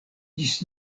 ĝis